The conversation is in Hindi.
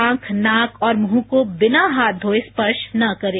आंख नाक और मुंह को बिना हाथ धोये स्पर्श न करें